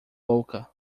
louca